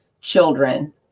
children